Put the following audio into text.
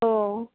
हो